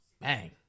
Bang